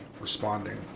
responding